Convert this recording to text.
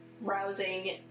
rousing